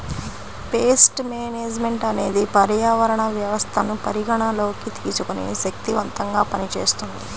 paste management అనేది పర్యావరణ వ్యవస్థను పరిగణలోకి తీసుకొని శక్తిమంతంగా పనిచేస్తుంది